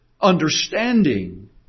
understanding